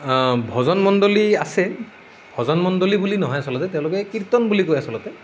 অ ভজন মণ্ডলী আছে ভজন মণ্ডলী বুলি নহয় আচলতে তেওঁলোকে কীৰ্তন বুলি কয় আচলতে